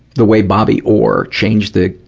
the way bobby orr changed the,